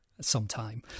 Sometime